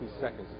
seconds